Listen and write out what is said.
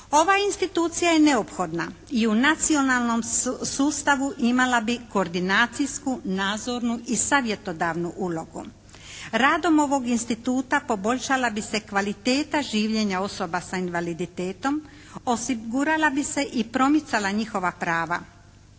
Ova institucija je neophodna i u nacionalnom sustavu imala bi koordinacijsku, nadzornu i savjetodavnu ulogu. Radom ovog instituta poboljšala bi se kvaliteta življenja osoba sa invaliditetom, osigurala bi se i promicala njihova prava.